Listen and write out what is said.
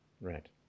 right